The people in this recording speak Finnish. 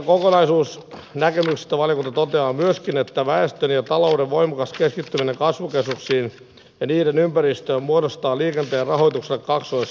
näistä kokonaisnäkemyksistä valiokunta toteaa myöskin että väestön ja talouden voimakas keskittyminen kasvukeskuksiin ja niiden ympäristöön muodostaa liikenteen rahoitukselle kaksoishaasteen